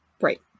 Right